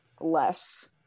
less